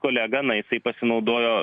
kolega na jisai pasinaudojo